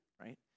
right